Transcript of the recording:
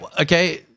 okay